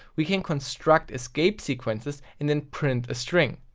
we can construct escape sequences and then print a string.